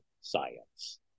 science